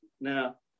Now